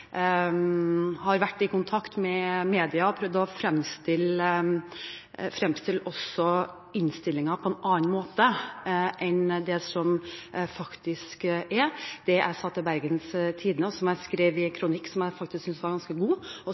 har vært i kontakt med media og prøvd å fremstille innstillingen på en annen måte enn slik det faktisk er. Det jeg sa til Bergens Tidende – og som jeg skrev i en kronikk som jeg faktisk syntes var ganske god, og